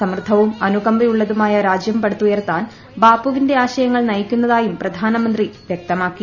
സമൃദ്ധവും അനുകമ്പയുമുള്ളതുമായ് രാജ്യം പടുത്തുയർത്താൻ ബാപ്പുവി ന്റെ ആശയങ്ങൾ നയ്കിക്കുന്നതായും പ്രധാനമന്ത്രി വൃക്ത മാക്കി